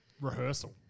rehearsal